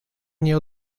nie